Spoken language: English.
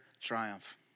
triumph